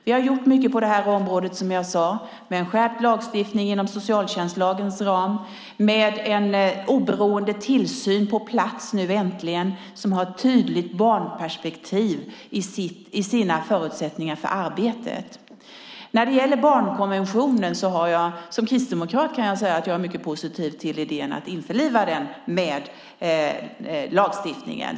Vi har gjort mycket på det här området, som jag sade, med en skärpt lagstiftning inom socialtjänstlagens ram och med en oberoende tillsyn äntligen på plats som har tydligt barnperspektiv i sina förutsättningar för arbetet. När det gäller barnkonventionen kan jag som kristdemokrat säga att jag är mycket positiv till idén att införliva den i lagstiftningen.